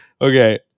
Okay